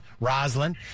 Roslyn